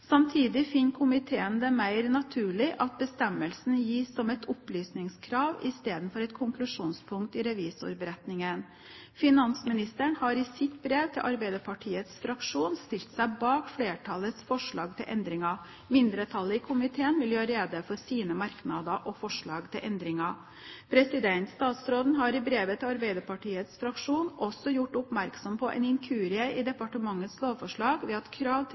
Samtidig finner komiteen det mer naturlig at bestemmelsen gis som et opplysningskrav istedenfor som et konklusjonspunkt i revisorberetningen. Finansministeren har i sitt brev til Arbeiderpartiets fraksjon stilt seg bak flertallets forslag til endringer. Mindretallet i komiteen vil gjøre rede for sine merknader og forslag til endringer. Statsråden har i brevet til Arbeiderpartiets fraksjon også gjort oppmerksom på en inkurie i departementets lovforslag ved at krav til